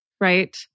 right